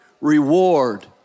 reward